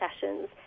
sessions